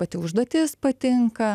pati užduotis patinka